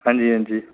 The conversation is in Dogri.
हंजी हंजी